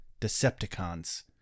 Decepticons